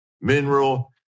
mineral